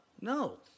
no